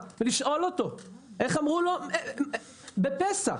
ולשאול אותו איך אמרו לו בפסח.